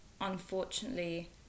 unfortunately